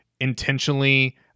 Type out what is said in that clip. intentionally